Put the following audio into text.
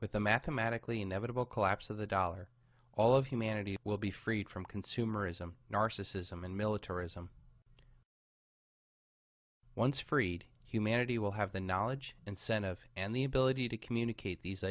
with the mathematically inevitable collapse of the dollar all of humanity will be freed from consumerism narcissism and militarism once freed humanity will have the knowledge incentive and the ability to communicate these